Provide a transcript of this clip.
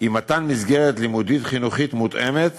היא מתן מסגרת לימודית וחינוכית מותאמת